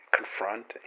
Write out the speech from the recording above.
confront